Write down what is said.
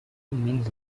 means